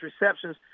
receptions